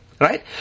Right